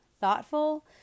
thoughtful